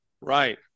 Right